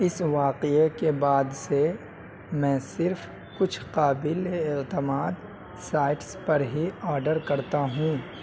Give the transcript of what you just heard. اس واقعے کے بعد سے میں صرف کچھ قابل اعتماد سائٹس پر ہی آرڈر کرتا ہوں